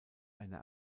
eine